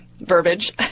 verbiage